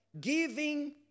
Giving